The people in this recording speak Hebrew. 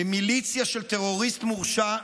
למיליציה של טרוריסט מורשע,